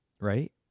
Right